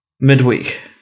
midweek